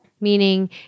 Meaning